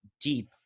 deep